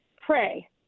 pray